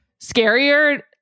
scarier